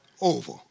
over